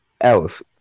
else